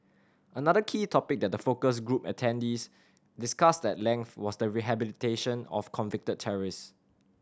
another key topic that the focus group attendees discussed at length was the rehabilitation of convicted terrorist